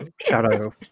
shadow